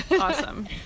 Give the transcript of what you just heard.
awesome